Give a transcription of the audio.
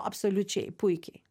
absoliučiai puikiai